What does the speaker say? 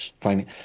finding